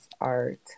art